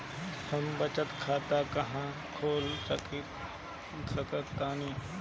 हम बचत खाता कहां खोल सकतानी?